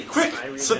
Quick